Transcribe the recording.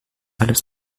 alles